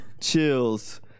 chills